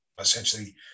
essentially